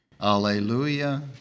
Alleluia